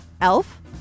Elf